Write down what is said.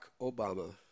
Obama